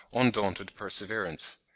undaunted perseverance.